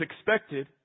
expected